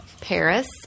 paris